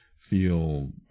feel